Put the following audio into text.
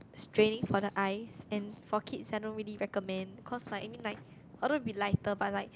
straining for the eye and for kids I don't really recommend cause like I mean like although it will be lighter but like